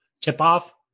Tip-off